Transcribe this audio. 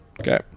okay